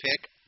pick